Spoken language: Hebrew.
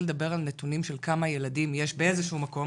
לדבר על נתונים של כמה ילדים יש באיזה שהוא מקום,